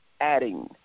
adding